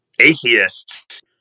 atheists